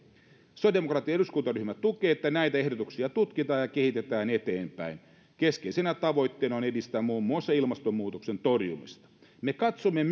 sosiaalidemokraattinen eduskuntaryhmä tukee sitä että näitä ehdotuksia tutkitaan ja kehitetään eteenpäin keskeisenä tavoitteena on edistää muun muassa ilmastonmuutoksen torjumista me katsomme